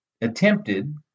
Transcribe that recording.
attempted